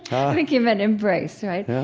i think he meant embrace, right?